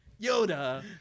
Yoda